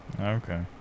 Okay